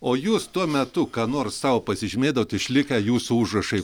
o jūs tuo metu ką nors sau pasižymėdavot išlikę jūsų užrašai